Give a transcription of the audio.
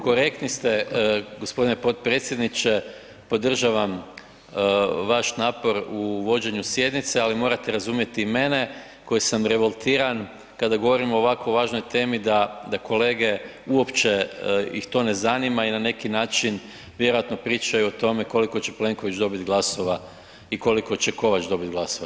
Dobro, korektni ste gospodine potpredsjedniče, podržavam vaš napor u vođenju sjednice, ali morate razumjeti i mene koji sam revoltiran kada govorim o ovako važnoj temi da kolege uopće ih to ne zanima i na neki način vjerojatno pričaju o tome koliko će Plenković dobit glasova i koliko će Kovač dobit glasova.